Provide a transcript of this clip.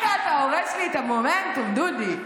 רגע, אתה הורס לי את המומנטום, דודי.